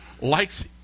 likes